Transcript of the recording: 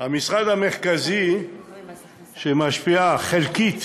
המשרד המרכזי שמשפיע חלקית